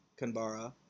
Kanbara